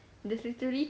there's literally